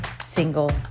single